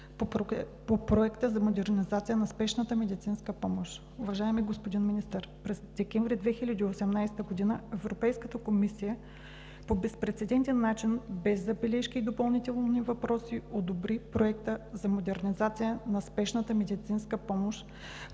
по Проекта за модернизация на спешната медицинска помощ. Уважаеми господин Министър, през месец декември 2018 г. Европейската комисия по безпрецедентен начин, без забележки и допълнителни въпроси, одобри Проекта за модернизация на спешната медицинска помощ,